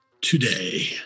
today